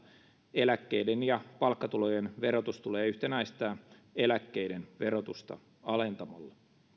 eläkkeiden ja palkkatulojen verotus tulee yhtenäistää eläkkeiden verotusta alentamalla